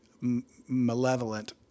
malevolent